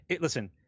Listen